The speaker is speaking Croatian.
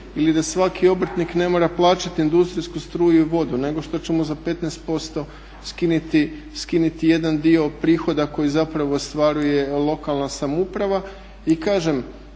ili da svaki obrtnik ne mora plaćati industrijsku struju i vodu nego što će mu za 15% skinuti jedan dio prihoda koji zapravo ostvaruje lokalna samouprava.